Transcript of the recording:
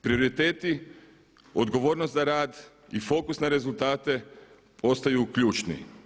Prioriteti, odgovornost za rad i fokus na rezultate ostaju ključni.